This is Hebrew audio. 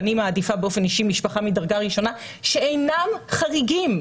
אני מעדיפה באופן אישי משפחה מדרגה ראשונה שאינם חריגים,